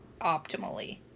optimally